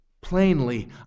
plainly